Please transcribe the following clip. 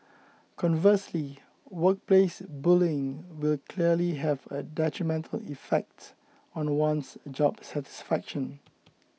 conversely workplace bullying will clearly have a detrimental effect on one's job satisfaction